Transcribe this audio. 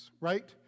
Right